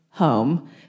home